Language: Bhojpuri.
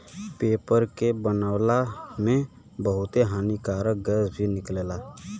पेपर के बनावला में बहुते हानिकारक गैस भी निकलेला